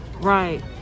Right